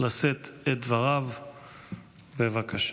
לשאת את דבריו, בבקשה.